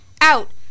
Out